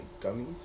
gummies